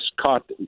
caught